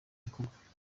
gikorwa